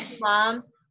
moms